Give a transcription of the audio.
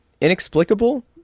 inexplicable